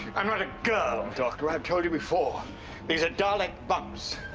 i'm not a girl, doctor, i've told you before these are dalek bumps.